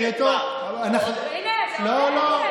שימו לב איזו תקשורת, איזו ממשלה,